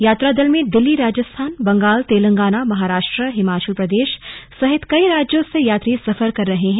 यात्रा दल में दिल्ली राजस्थान बंगाल तेलंगाना महाराष्ट्र हिमांचल प्रदेश सहित कई राज्यो से यात्री सफर कर रहें हैं